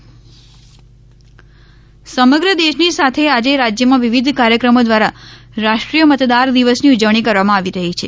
મતદાતા દિવસ સમગ્ર દેશની સાથે આજે રાજ્યમાં વિવિધ કાર્યક્રમો દ્વારા રાષ્ટ્રીય મતદાર દિવસની ઊ વણી કરવામાં આવી રહી છે